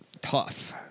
tough